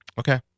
Okay